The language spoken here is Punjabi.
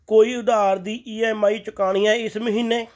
ਕੋਈ ਉਧਾਰ ਦੀ ਈ ਐੱਮ ਆਈ ਚੁਕਾਉਣੀ ਹੈ ਇਸ ਮਹੀਨੇ